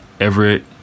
Everett